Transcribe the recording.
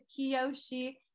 Kiyoshi